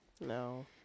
No